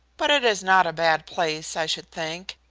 but it is not a bad place, i should think,